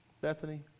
Bethany